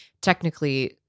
technically –